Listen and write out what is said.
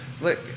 Look